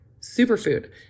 superfood